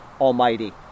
Almighty